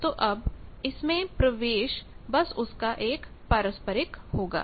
तो अब इसमें प्रवेश बस उसका पारस्परिक होगा